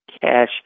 cash